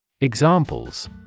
EXAMPLES